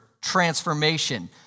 transformation